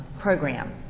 program